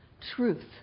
truth